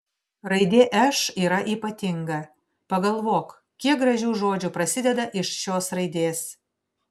raidė š yra ypatinga pagalvok kiek gražių žodžių prasideda iš šios raidės